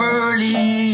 early